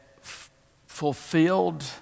fulfilled